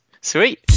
Sweet